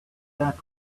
that